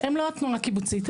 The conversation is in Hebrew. הם לא התנועה הקיבוצית.